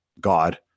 God